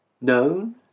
known